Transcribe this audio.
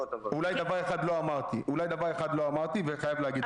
אולי דבר אחד לא אמרתי, ואני חייב להגיד.